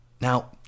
Now